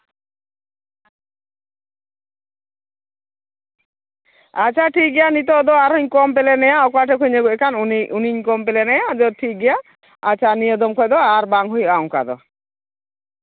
ᱟᱪᱪᱷᱟ ᱴᱷᱤᱠᱜᱮᱭᱟ ᱱᱤᱛᱳᱜ ᱫᱚ ᱟᱨᱦᱚᱧ ᱠᱚᱢᱯᱞᱮᱱᱮᱜᱼᱟ ᱚᱠᱟ ᱴᱷᱮᱱ ᱠᱷᱚᱡ ᱤᱧ ᱟᱹᱜᱩᱭᱮᱫ ᱠᱚ ᱩᱱᱤᱧ ᱠᱚᱢᱯᱞᱮᱱᱤᱭᱟ ᱟᱫᱚ ᱴᱷᱤᱠᱜᱮᱭᱟ ᱟᱪᱪᱷᱟ ᱱᱤᱭᱟᱹ ᱫᱚᱢ ᱠᱷᱚᱡ ᱫᱚ ᱟᱨ ᱵᱟᱝ ᱦᱩᱭᱩᱜᱼᱟ ᱚᱱᱠᱟ ᱫᱚ